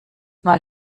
mal